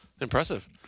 impressive